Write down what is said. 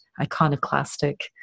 iconoclastic